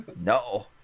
No